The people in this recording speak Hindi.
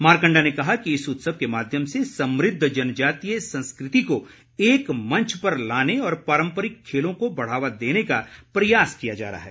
मारकण्डा ने कहा कि इस उत्सव के माध्यम से समुद्व जनजातीय संस्कृति को एकमंच पर लाने और पारम्परिक खेलों को बढ़ावा देने का प्रयास किया जा रहा है